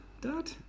Dad